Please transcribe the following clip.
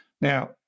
Now